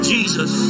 Jesus